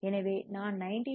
எனவே நான் 90 டி